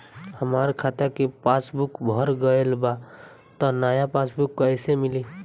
हमार खाता के पासबूक भर गएल बा त नया पासबूक कइसे मिली?